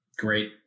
Great